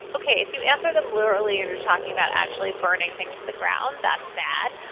ok. if you answer them literally and you're talking about actually burning things to the ground that's bad.